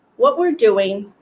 what we're doing,